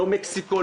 לא מקסיקו,